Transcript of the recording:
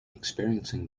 experiencing